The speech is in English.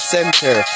Center